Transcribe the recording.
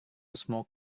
smoke